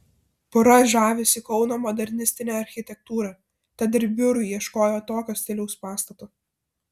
pora žavisi kauno modernistine architektūra tad ir biurui ieškojo tokio stiliaus pastato